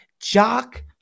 Jock